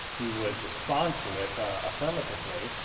he would respond to it affirmatively.